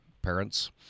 parents